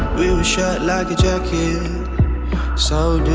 we were shut like a jacket so